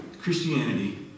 Christianity